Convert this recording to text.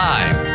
Live